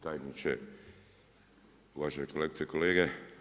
Tajniče, uvažene kolegice i kolege.